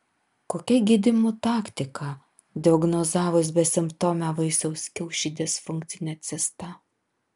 kokia gydymo taktika diagnozavus besimptomę vaisiaus kiaušidės funkcinę cistą